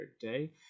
day